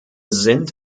sind